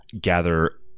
gather